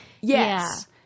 yes